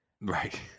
Right